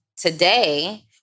today